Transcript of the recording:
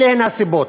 אלה הן הסיבות.